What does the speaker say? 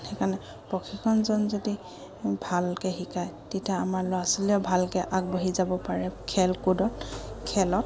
সেইকাৰণে প্ৰশিক্ষণ যদি ভালকে শিকায় তেতিয়া আমাৰ ল'ৰা ছোৱালীয়েও ভালকৈ আগবাঢ়ি যাব পাৰে খেল কুদত খেলত